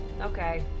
Okay